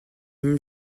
même